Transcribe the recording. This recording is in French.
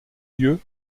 lieu